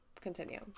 Continue